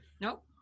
Nope